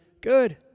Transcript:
good